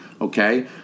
Okay